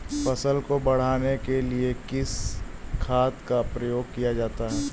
फसल को बढ़ाने के लिए किस खाद का प्रयोग किया जाता है?